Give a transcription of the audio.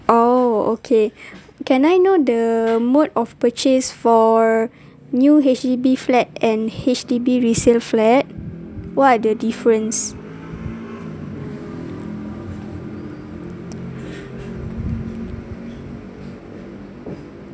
oh okay can I know the mode of purchase for new H_D_B flat and H_D_B resale flat what are the difference